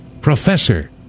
Professor